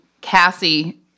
Cassie